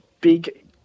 big